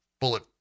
bullet